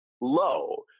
low